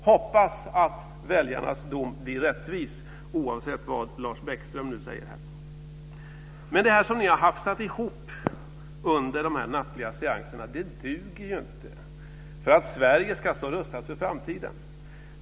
Hoppas att väljarnas dom blir rättvis, oavsett vad Lars Bäckström nu säger här! Det som ni har hafsat ihop under de nattliga seanserna duger inte om Sverige ska stå rustat för framtiden.